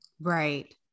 Right